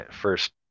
first